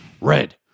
Red